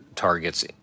targets